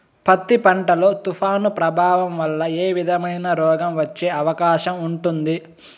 పత్తి పంట లో, తుఫాను ప్రభావం వల్ల ఏ విధమైన రోగం వచ్చే అవకాశం ఉంటుంది?